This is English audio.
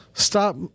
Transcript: Stop